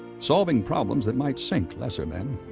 solving problems that might sink lesser men.